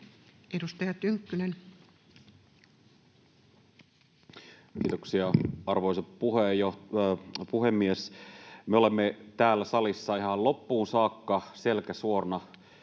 19:44 Content: Kiitoksia, arvoisa puhemies! Me olemme täällä salissa ihan loppuun saakka selkä suorana